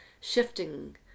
shifting